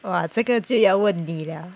!wah! 这个就要问你了